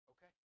Okay